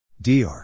Dr